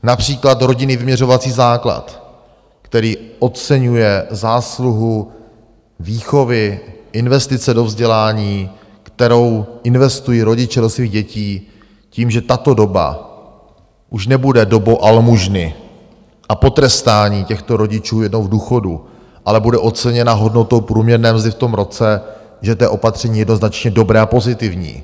Například rodinný vyměřovací základ, který oceňuje zásluhu výchovy, investice do vzdělání, kterou investují rodiče do svých dětí, tím, že tato doba už nebude dobou almužny a potrestání těchto rodičů jednou v důchodu, ale bude oceněna hodnotou průměrné mzdy v tom roce, že to je opatření jednoznačně dobré a pozitivní.